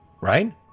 Right